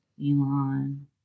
elon